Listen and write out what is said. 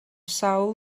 sawl